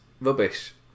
rubbish